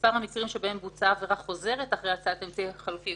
מספר המקרים שבהם בוצעה עבירה חוזרת אחרי הצעת אמצעי חלופי.